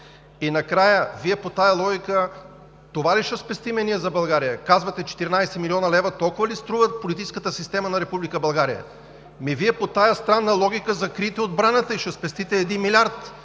И накрая, по тази логика – това ли ще спестим ние за България? Казвате – 14 млн. лв. Толкова ли струва политическата система на Република България? Вие по тази странна логика закрийте отбраната и ще спестите 1 милиард!